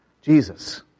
Jesus